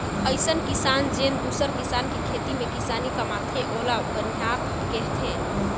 अइसन किसान जेन दूसर किसान के खेत में किसानी कमाथे ओला बनिहार केहथे